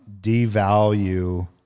devalue